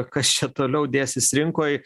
kas čia toliau dėsis rinkoj